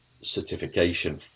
certification